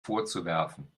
vorzuwerfen